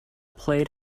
played